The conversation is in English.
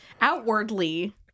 Outwardly